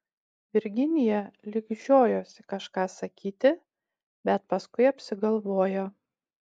virginija lyg žiojosi kažką sakyti bet paskui apsigalvojo